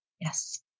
Yes